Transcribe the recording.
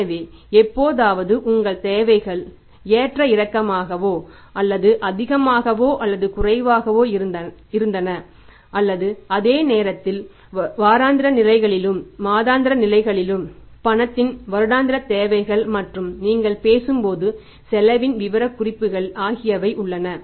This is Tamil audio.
எனவே எப்போதாவது உங்கள் தேவைகள் ஏற்ற இறக்கமாக அதிகமாகவோ அல்லது குறைவாகவோ இருந்தன அல்லது அதே நேரத்தில் வாராந்திர நிலுவைகளில் மாதாந்திர நிலுவைகளில் பணத்தின் வருடாந்திர தேவைகள் மற்றும் நீங்கள் பேசும்போது செலவின் விவரக்குறிப்புகள் ஆகியவை உள்ளன